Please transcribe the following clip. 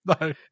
No